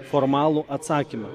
formalų atsakymą